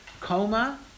Coma